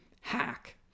hack